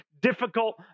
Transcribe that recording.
difficult